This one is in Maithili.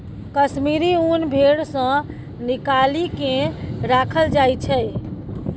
कश्मीरी ऊन भेड़ सँ निकालि केँ राखल जाइ छै